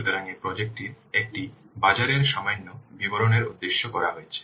সুতরাং এই প্রজেক্ট টির একটি বাজারের সামান্য বিবরণের উদ্দেশ্যে করা হয়েছে